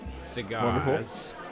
cigars